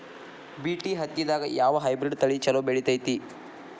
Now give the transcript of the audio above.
BT ಹತ್ತಿದಾಗ ಯಾವ hybrid ತಳಿ ಛಲೋ ಬೆಳಿತೈತಿ?